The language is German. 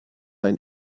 ein